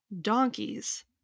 donkeys